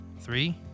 Three